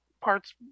parts